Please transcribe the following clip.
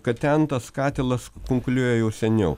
kad ten tas katilas kunkuliuoja jau seniau